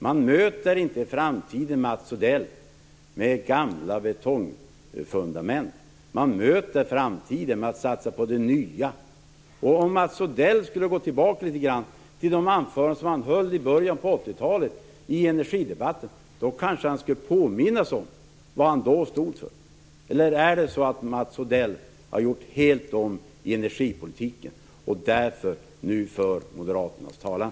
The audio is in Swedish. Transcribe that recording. Man möter inte framtiden, Mats Odell, med gamla betongfundament. Man möter framtiden med att satsa på det nya. Om Mats Odell går tillbaka litet grand till de anföranden som han höll i början av 80-talet i energidebatterna, då kanske han skulle påminna sig om vad han då stod för. Eller har Mats Odell gjort helt om i energipolitiken och därför nu för Moderaternas talan?